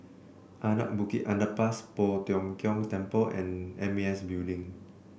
Anak Bukit Underpass Poh Tiong Kiong Temple and M A S Building